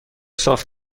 صاف